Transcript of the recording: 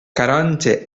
canonge